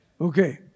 Okay